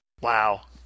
Wow